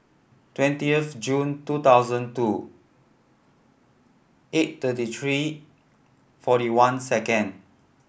twentieth June two thousand two eight thirty three forty one second